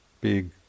big